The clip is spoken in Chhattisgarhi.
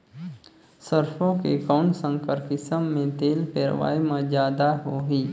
सरसो के कौन संकर किसम मे तेल पेरावाय म जादा होही?